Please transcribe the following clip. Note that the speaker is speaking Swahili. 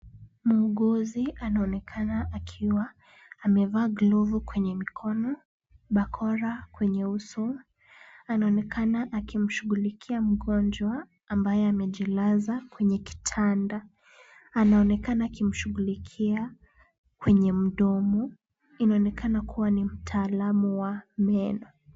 Muuguzi anaonekana akiwa amevaa glovu kwenye kwenye mkono, barakoa kwenye uso. Anaonekana akimshughulikia mgonjwa ambaye amejilaza kwenye kitanda. Anaonekana akimshughulikia kwenye mdomo. Inaonekana kuwa ni mtaalamu wa meno.